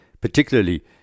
particularly